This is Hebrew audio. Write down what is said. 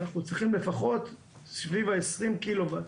אנחנו צריכים לפחות סביב ה- 20 קילו וואט,